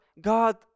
God